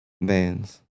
bands